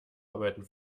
arbeiten